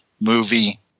movie